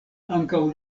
ankaŭ